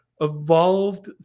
evolved